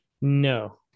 No